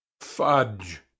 fudge